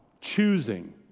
choosing